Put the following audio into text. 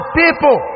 people